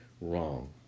wrong